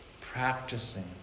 practicing